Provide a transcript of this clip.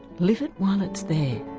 live it while it's there.